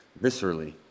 viscerally